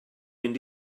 mynd